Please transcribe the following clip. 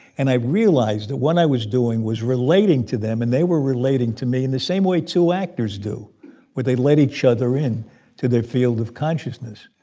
and i realized that what i was doing was relating to them, and they were relating to me in the same way two actors do when they let each other in to their field of consciousness